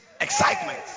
excitement